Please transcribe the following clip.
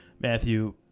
Matthew